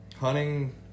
Hunting